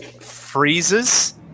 freezes